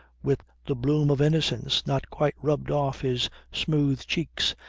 with the bloom of innocence not quite rubbed off his smooth cheeks,